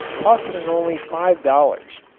costing only five dollars,